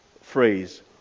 phrase